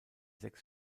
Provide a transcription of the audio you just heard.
sechs